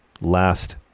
last